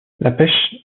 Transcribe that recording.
pêche